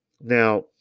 Now